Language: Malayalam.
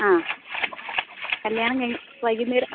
ആ കല്യാണം കഴി വൈകുന്നേരം